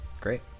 Great